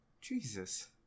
Jesus